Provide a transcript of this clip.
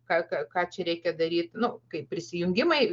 ką ką ką čia reikia daryt nu kai prisijungimai